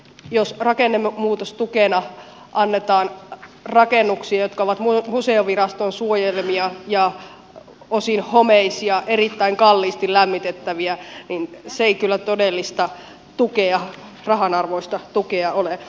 jos rakennemuutostukena annetaan rakennuksia jotka ovat museoviraston suojelemia ja osin homeisia erittäin kalliisti lämmitettäviä niin se ei kyllä todellista tukea rahanarvoista tukea ole